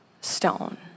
stone